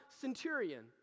centurion